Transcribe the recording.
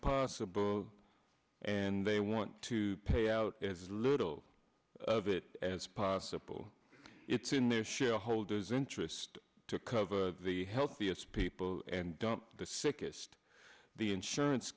possible and they want to pay out as little of it as possible it's in their shareholders interest to cover the healthiest people and the sickest the insurance